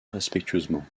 respectueusement